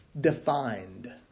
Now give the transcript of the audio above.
defined